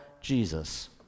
Jesus